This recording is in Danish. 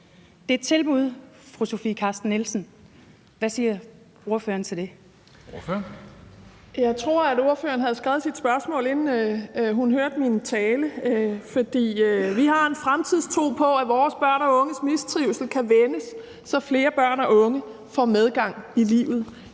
Ordføreren. Kl. 13:07 Sofie Carsten Nielsen (RV): Jeg tror, ordføreren havde skrevet sit spørgsmål, inden hun hørte min tale, for vi har en fremtidstro på, at vores børn og unges mistrivsel kan vendes, så flere børn og unge får medgang i livet.